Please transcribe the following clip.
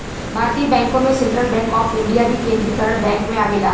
भारतीय बैंकों में सेंट्रल बैंक ऑफ इंडिया भी केन्द्रीकरण बैंक में आवेला